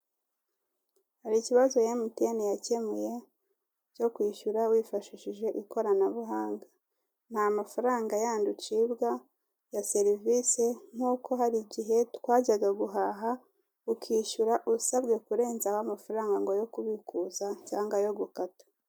Hari ikibazo emutiyeni yakemuye cyo kwishyura wifashishije ikoranabuhanga. Nta mafaranga yandi ucibwa ya serivise, nk'uko hari igihe twajyaga guhaha ukishyura usabwe kurenzaho amafaranga ngo yo kubikuza cyangwa yo gukata.